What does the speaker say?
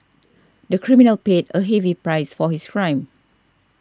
the criminal paid a heavy price for his crime